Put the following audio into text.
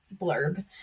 blurb